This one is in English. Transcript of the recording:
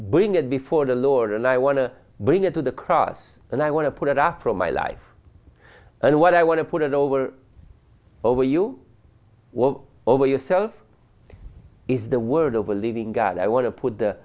bring it before the lord and i want to bring it to the cross and i want to put it up from my life and what i want to put it over over you over yourself is the word of a living god i want to put the